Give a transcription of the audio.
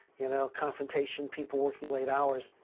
you know, confrontation, people working late hours.